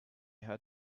had